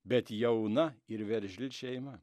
bet jauna ir veržli šeima